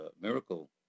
miracle